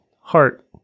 heart